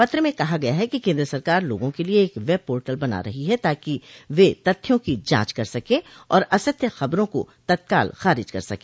पत्र में कहा गया है कि केंद्र सरकार लोगों के लिए एक वेबपोर्टल बना रही है ताकि वे तथ्यों की जांच कर सके और असत्य खबरों को तत्काल खारिज कर सके